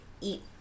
eat